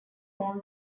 mall